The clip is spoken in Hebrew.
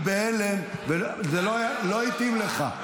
אני ראיתי את זה הייתי בהלם, זה לא התאים לך.